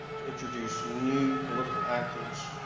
to introduce new political actors,